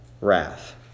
wrath